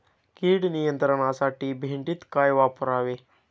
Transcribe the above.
कीड नियंत्रणासाठी भेंडीत काय वापरावे?